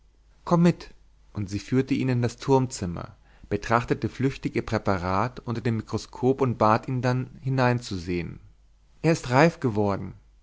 komm mit und sie führte ihn in das turmzimmer betrachtete flüchtig ihr präparat unter dem mikroskop und bat ihn dann hineinzusehen er ist reif geworden